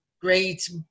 great